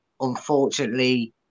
unfortunately